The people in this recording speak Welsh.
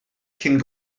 cyn